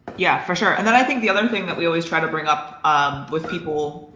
yeah, for sure. and then i think the other thing that we always try to bring up um with people,